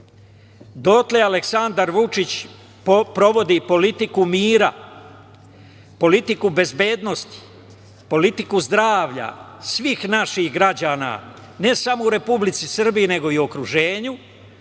dotle Aleksandar Vučić provodi politiku mira, politiku bezbednosti, politiku zdravlja svih naših građana, ne samo u Republici Srbiji, nego i u okruženju,